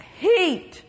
heat